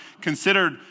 considered